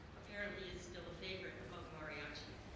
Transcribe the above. apparently is still a favorite among mariucci,